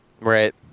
Right